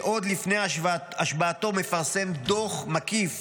שעוד לפני השבעתו מפרסם דוח מקיף